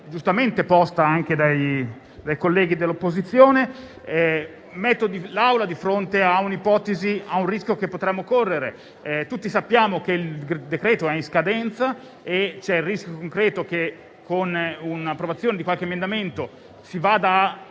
giustamente posta anche dai colleghi dell'opposizione. Metto l'Assemblea di fronte all'ipotesi di un rischio che potremmo correre: tutti sappiamo che il decreto è in scadenza e c'è il rischio concreto che con l'approvazione di qualche emendamento si vada a